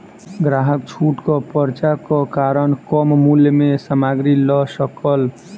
ग्राहक छूटक पर्चाक कारण कम मूल्य में सामग्री लअ सकल